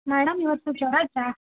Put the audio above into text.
madam ಇವತ್ತು ಜ್ವರ ಜಾಸ